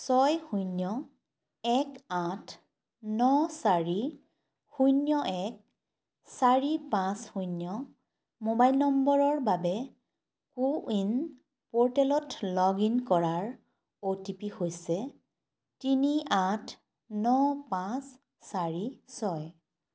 ছয় শূন্য এক আঠ ন চাৰি শূন্য এক চাৰি পাঁচ শূন্য মোবাইল নম্বৰৰ বাবে কো ৱিন প'ৰ্টেলত লগ ইন কৰাৰ অ' টি পি হৈছে তিনি আঠ ন পাঁচ চাৰি ছয়